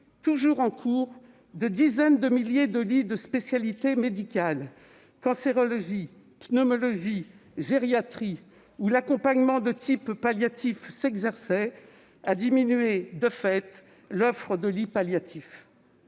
toujours en cours, de dizaines de milliers de lits de spécialités médicales, en cancérologie, en pneumologie, en gériatrie, où l'accompagnement de type palliatif s'exerçait, ont diminué l'offre de lits palliatifs.